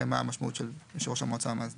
מה המשמעות של יושב ראש המועצה המאסדרת.